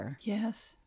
Yes